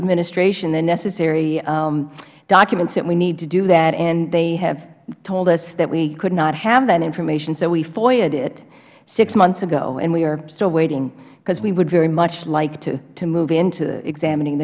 administration the necessary documents that we need to do that and they have told us that we could not have that information so we foiad it six months ago and we are still waiting because we would very much like to move into examining